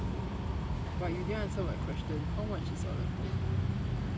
but you didn't answer my question how much is your laptop